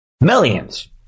Millions